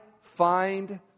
find